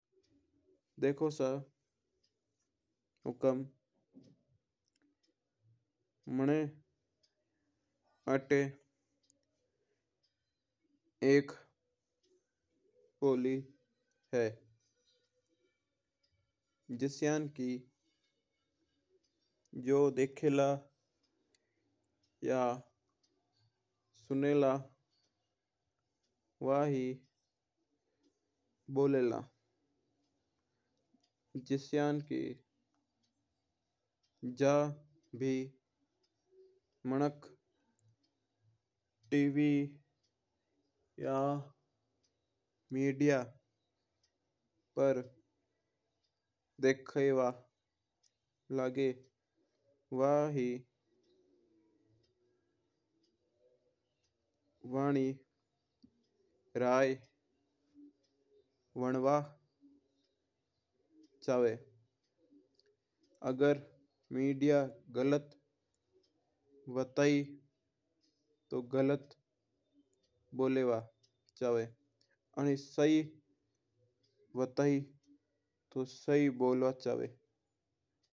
देखो सा हुकम मने आता एक बोली है। ज्या की जू देखा ला या सुना ला या वू ही बोला ला ज्या भी मिनाक्क टीवी या मीडिया पर देखवा लागे वही बोलबा लागे है। और बेदू ही बंबू चावा है अगर मीडिया गलत बताओ तो गलत बोलबा लग जवा अना सही बोलो तो सही बोलबा लागे।